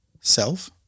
self